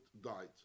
died